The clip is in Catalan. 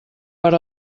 per